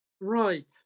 Right